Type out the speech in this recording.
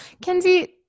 Kenzie